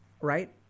right